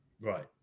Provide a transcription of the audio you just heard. Right